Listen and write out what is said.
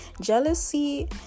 Jealousy